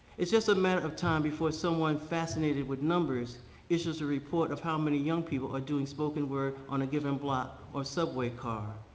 it's just a matter of time before someone fascinated with numbers issues a report of how many young people are doing spoken word on a given block or subway car.